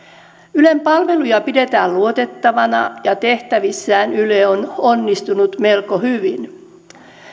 ylen palveluja pidetään luotettavina ja tehtävissään yle on onnistunut melko hyvin